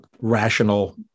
rational